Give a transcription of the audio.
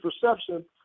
perception